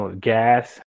gas